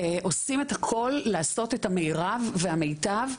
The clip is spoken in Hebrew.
עושים את הכל לעשות את המירב והמיטב,